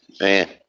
man